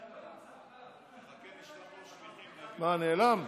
מה, נעלם?